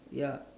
ya